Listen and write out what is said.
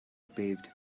paved